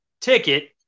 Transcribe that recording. ticket